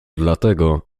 dlatego